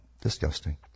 Disgusting